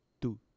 Two